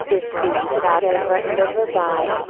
is pointed out over and over by,